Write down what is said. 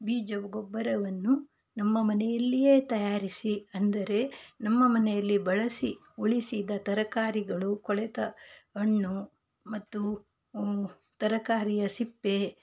ಬೀಜವು ಗೊಬ್ಬರವನ್ನು ನಮ್ಮ ಮನೆಯಲ್ಲಿಯೇ ತಯಾರಿಸಿ ಅಂದರೆ ನಮ್ಮ ಮನೆಯಲ್ಲಿ ಬಳಸಿ ಉಳಿಸಿದ ತರಕಾರಿಗಳು ಕೊಳೆತ ಹಣ್ಣು ಮತ್ತು ತರಕಾರಿಯ ಸಿಪ್ಪೆ